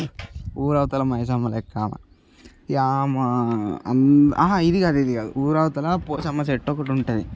ఊరవతల మైసమ్మ లెక్క యామా ఇది కాదు ఇది కాదు ఊరవతల పోచమ్మ చెట్టు ఒకటి ఉంటుంది